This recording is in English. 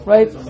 Right